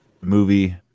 movie